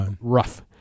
rough